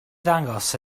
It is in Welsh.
ddangos